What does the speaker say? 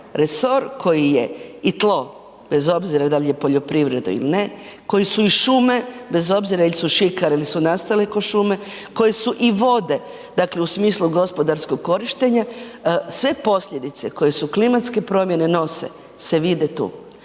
resor koji je i tlo, bez obzira da li je poljoprivreda ili ne, koji su i šume, bez obzira il su šikare il su nastale ko šume, koji su i vode, dakle u smislu gospodarskog korištenja, sve posljedice koje su klimatske promjene nose se vide tu.